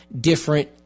different